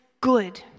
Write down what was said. good